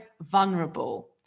vulnerable